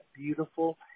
beautiful